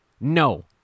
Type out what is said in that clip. No